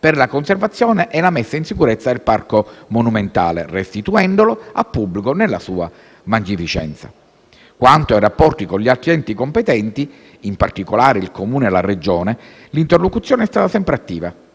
per la conservazione e la messa in sicurezza del parco monumentale, restituendolo al pubblico nella sua magnificenza. Quanto ai rapporti con gli altri enti competenti, in particolare il Comune e la Regione, l'interlocuzione è stata sempre attiva